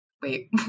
wait